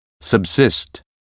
subsist